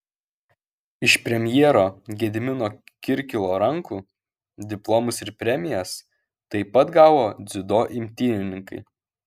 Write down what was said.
iš premjero gedimino kirkilo rankų diplomus ir premijas taip pat gavo dziudo imtynininkai